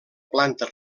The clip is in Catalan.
planta